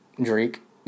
Drake